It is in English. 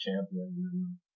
champion